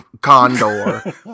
condor